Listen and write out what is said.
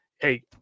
hey